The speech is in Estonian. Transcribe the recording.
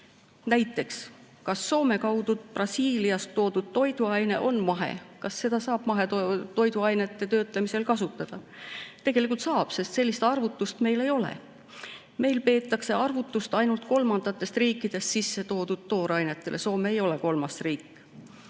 Näiteks, kas Soome kaudu Brasiiliast toodud toiduaine on mahe, kas seda saab mahetoiduainete töötlemisel kasutada? Tegelikult saab, sest sellist arvestust meil ei ole. Meil peetakse arvestust ainult kolmandatest riikidest sissetoodud toorainete üle, Soome ei ole kolmas riik.